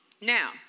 Now